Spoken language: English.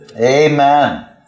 Amen